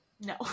No